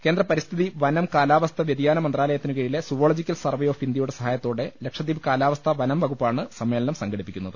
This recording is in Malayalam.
കേന്ദ്ര പരിസ്ഥിതി വനം കാലാവസ്ഥാ വൃതിയാന മന്ത്രാലയത്തിനുകീഴിലെ സുവോളജിക്കൽ സർവേ ഓഫ് ഇന്ത്യയുടെ സഹായ ത്തോടെ ലക്ഷദ്ധീപ് വനംവകുപ്പാണ് സമ്മേളനം സംഘ ടിപ്പിക്കുന്നത്